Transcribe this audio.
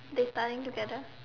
they tying together